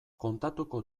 kontatuko